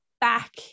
back